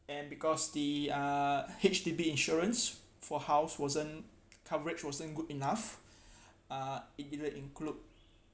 and because the uh H_D_B insurance for house wasn't coverage wasn't good enough uh it didn't include